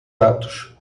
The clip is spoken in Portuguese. atos